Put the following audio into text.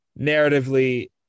narratively